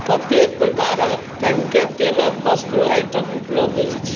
कतेक प्रकारक कनिके तेलके वस्तु आइटम उपलब्ध अछि